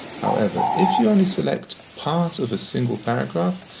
however, if you only select part of a single paragraph,